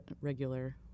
regular